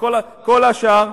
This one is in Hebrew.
כל השאר,